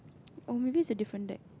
oh maybe is a different deck